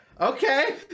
Okay